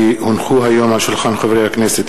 כי הונחו היום על שולחן הכנסת,